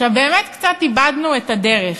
באמת קצת איבדנו את הדרך.